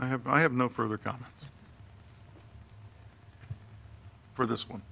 i have i have no further comments for this one